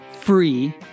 free